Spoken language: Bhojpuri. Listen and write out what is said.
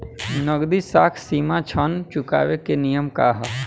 नगदी साख सीमा ऋण चुकावे के नियम का ह?